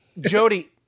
Jody